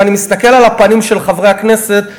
ואני מסתכל על הפנים של חברי הכנסת,